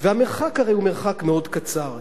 המרחק הוא הרי מרחק מאוד קצר.